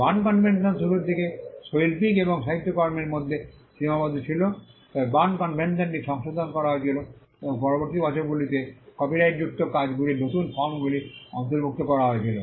burn convention শুরুর দিকে শৈল্পিক এবং সাহিত্যকর্মের মধ্যে সীমাবদ্ধ ছিল তবে বার্ন কনভেনশনটি সংশোধন করা হয়েছিল এবং পরবর্তী বছরগুলিতে কপিরাইট যুক্ত কাজগুলির নতুন ফর্মগুলি অন্তর্ভুক্ত করা হয়েছিল